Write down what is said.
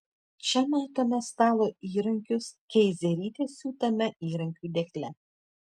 čia matome stalo įrankius keizerytės siūtame įrankių dėkle